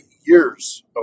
years